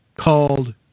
called